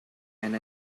and